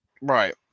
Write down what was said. Right